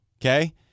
okay